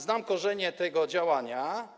Znam korzenie tego działania.